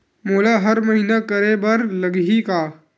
मोला हर महीना करे बर लगही का?